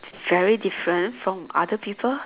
very different from other people